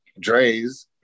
Dres